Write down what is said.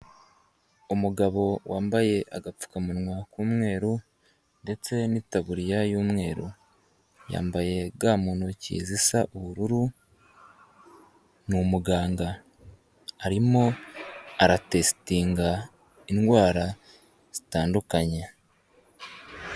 Umugabo wambaye agapfukamunwa k'umweru ndetse n'itaburiya y'umweru, yambaye ga mu ntoki zisa ubururu, ni umuganga, arimo aratesitinga indwara zitandukanye.